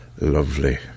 Lovely